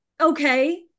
okay